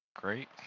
Great